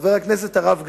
חבר הכנסת הרב גפני,